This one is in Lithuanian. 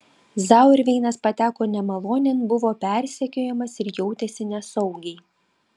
zauerveinas pateko nemalonėn buvo persekiojamas ir jautėsi nesaugiai